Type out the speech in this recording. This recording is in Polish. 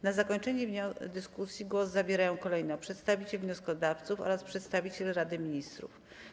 Na zakończenie dyskusji głos zabierają kolejno przedstawiciel wnioskodawców oraz przedstawiciel Rady Ministrów.